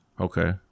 Okay